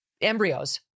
embryos